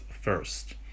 first